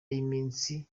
y’iminsi